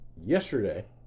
Yesterday